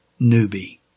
newbie